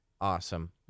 awesome